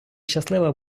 щаслива